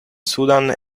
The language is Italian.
sudan